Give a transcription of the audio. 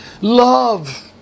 love